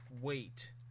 wait